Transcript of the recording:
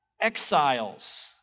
exiles